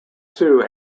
sue